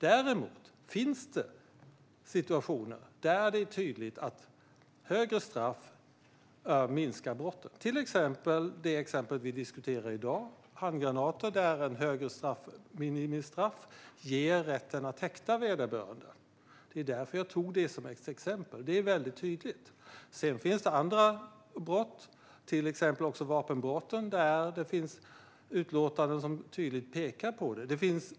Däremot finns det situationer där det är tydligt att högre straff minskar antalet brott. Det gäller till exempel det vi diskuterar i dag - handgranater, där ett högre minimistraff ger rätt att häkta vederbörande. Det är därför jag tog detta som ett exempel; det är väldigt tydligt. Sedan finns det andra brott, till exempel vapenbrotten, där det finns utlåtanden som tydligt pekar på detta.